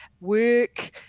work